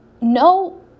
no